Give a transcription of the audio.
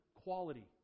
quality